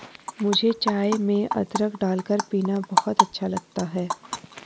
मुझे चाय में अदरक डालकर पीना बहुत अच्छा लगता है